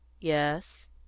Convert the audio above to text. yes